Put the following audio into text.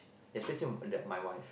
especially the my wife